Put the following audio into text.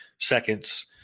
seconds